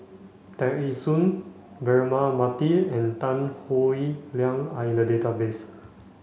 Tear Ee Soon Braema Mathi and Tan Howe Liang are in the database